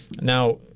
Now